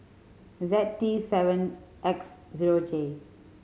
Z T seven X zero J